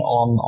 on